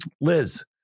Liz